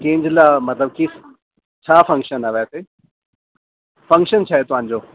theme जे लाइ मतिलब की छा फ़क्शन आहे वैसे फ़क्शन छा आहे तव्हांजो